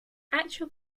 actual